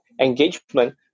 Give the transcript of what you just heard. engagement